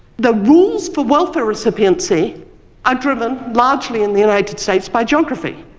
the rules for welfare recipiency are driven largely in the united states by geography.